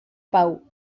pau